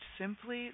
simply